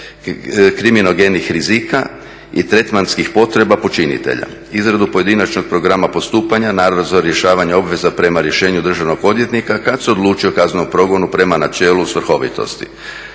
kriminogenih rizika i tretmanskih potreba počinitelja. Izradu pojedinačnog programa postupanja, nadzor rješavanja obveza prema rješenju državnog odvjetnika kada se odluči o kaznenom programu prema načelu svrhovitosti,